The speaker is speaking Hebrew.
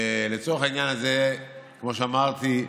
ולצורך העניין הזה, כמו שאמרתי,